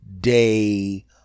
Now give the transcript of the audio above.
day